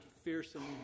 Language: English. fearsome